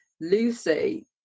Lucy